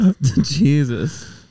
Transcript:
jesus